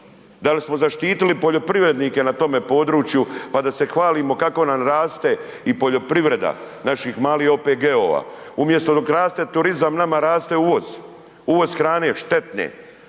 Da li smo zaštitili poljoprivrednike na tom području pa da se hvalimo kako nam raste i poljoprivreda naših malih OPG-ova. Umjesto dok raste turizam, nama raste uvoz, uvoz hrane, štetne,